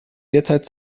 derzeit